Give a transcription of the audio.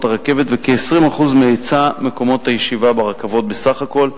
הרכבת וכ-20% מהיצע מקומות הישיבה ברכבות בסך הכול.